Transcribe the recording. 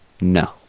No